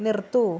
നിർത്തുക